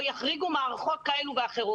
או יחריגו מערכות כאלה ואחרות.